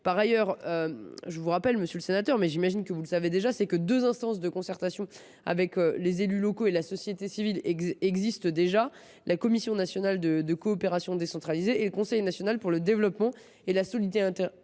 Par ailleurs, monsieur le sénateur, je vous rappelle, mais j’imagine que vous le savez, que deux instances de concertation avec les élus locaux et la société civile existent déjà : la Commission nationale de la coopération décentralisée et le Conseil national pour le développement et la solidarité internationale,